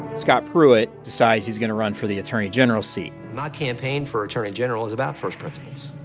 scott pruitt decides he's going to run for the attorney general's seat my campaign for attorney general is about first principles.